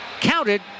counted